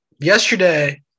yesterday